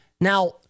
Now